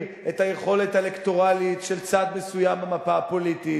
את היכולת האלקטורלית של צד מסוים במפה הפוליטית.